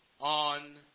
on